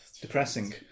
depressing